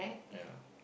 ya